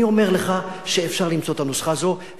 אני אומר לך שאפשר למצוא את הנוסחה הזאת,